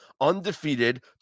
undefeated